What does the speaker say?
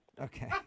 Okay